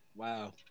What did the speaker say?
Wow